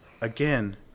Again